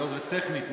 היות שטכנית,